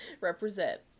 Represent